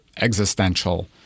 existential